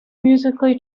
musically